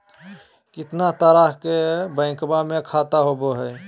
कितना तरह के बैंकवा में खाता होव हई?